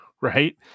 Right